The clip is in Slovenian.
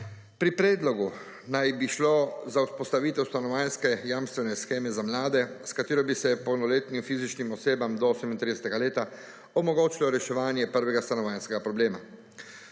Pri predlogu naj bi šlo za vzpostavitev stanovanjske jamstvene sheme za mlade, s katero bi se polnoletnim fizičnim osebam do 38 leta omogočilo reševanje prvega stanovanjskega problema.